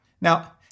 Now